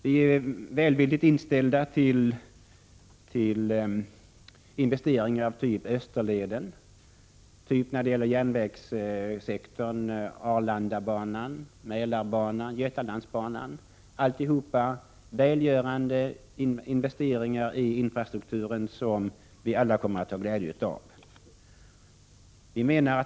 Vi moderater är välvilligt inställda till investeringar av typ Österleden, Arlandabanan, Mälarbanan och Götalandsbanan — välgörande investeringar iinfrastrukturen som alla kommer att ha glädje av.